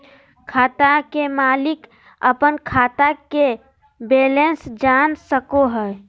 खाता के मालिक अपन खाता के बैलेंस जान सको हय